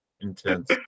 intense